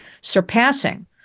surpassing